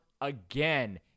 again